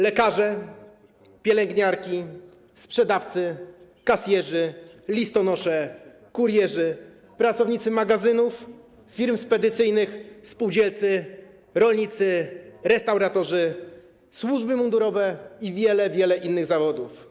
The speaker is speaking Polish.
Lekarze, pielęgniarki, sprzedawcy, kasjerzy, listonosze, kurierzy, pracownicy magazynów, firm spedycyjnych, spółdzielcy, rolnicy, restauratorzy, służby mundurowe i wiele, wiele innych zawodów.